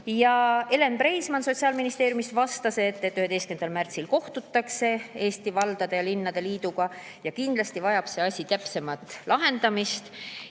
Elen Preimann Sotsiaalministeeriumist vastas, et 11. märtsil kohtutakse Eesti Valdade ja Linnade Liiduga ning kindlasti vajab see asi täpsemat lahendamist.